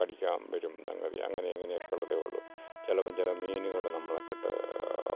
കടിക്കാൻ വരും സംഗതി അങ്ങനെ ഇങ്ങനെയൊക്കെ ഉള്ളതേയുള്ളൂ ചിലപ്പം ചില മീനുകൾ നമ്മൾക്കിട്ട്